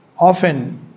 often